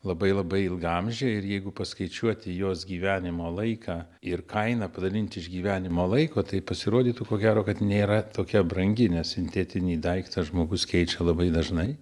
labai labai ilgaamžiai ir jeigu paskaičiuoti jos gyvenimo laiką ir kainą padalinti iš gyvenimo laiko tai pasirodytų ko gero kad nėra tokia brangi nes sintetinį daiktą žmogus keičia labai dažnai